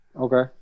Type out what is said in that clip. Okay